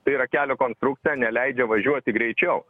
tai yra kelio konstrukcija neleidžia važiuoti greičiau